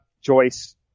Joyce